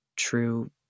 true